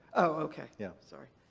okay. yeah. sorry.